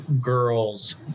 girls